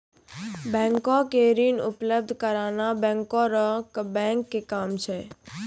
बैंको के ऋण उपलब्ध कराना बैंकरो के बैंक के काम छै